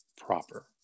proper